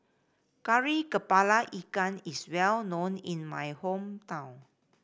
Kari kepala Ikan is well known in my hometown